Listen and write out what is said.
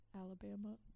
Alabama